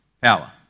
power